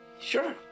Sure